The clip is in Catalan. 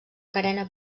carena